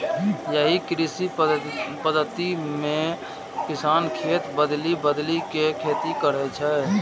एहि कृषि पद्धति मे किसान खेत बदलि बदलि के खेती करै छै